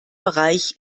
bereich